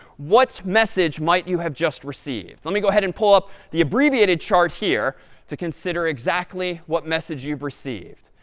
what message might you have just received? let me go ahead and pull up the abbreviated chart here to consider exactly what message you've received.